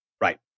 Right